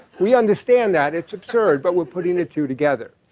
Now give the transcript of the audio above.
we understand that. it's absurd. but we're putting the two together.